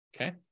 Okay